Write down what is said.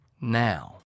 now